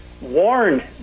warned